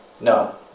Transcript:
No